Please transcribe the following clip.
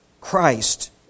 Christ